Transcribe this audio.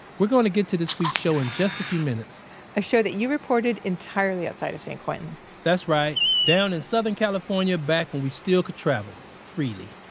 we're going to get to this week's show in just a few minutes a show that you reported entirely outside of san quentin that's right. down in southern california, back when we still could travel freely.